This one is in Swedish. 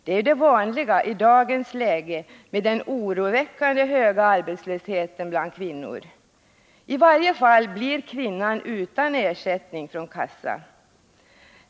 Det är ju det vanliga i dagens läge med den oroväckande höga arbetslösheten bland kvinnor. I varje fall blir kvinnan utan ersättning från kassa.